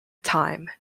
time